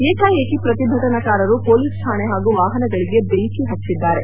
ಏಕಾಏಕಿ ಪ್ರತಿಭಟನಾಕಾರರು ಪೊಲೀಸ್ ಕಾಣೆ ಹಾಗೂ ವಾಹನಗಳಗೆ ಬೆಂಕಿ ಹಚ್ಚಿದ್ದಾರೆ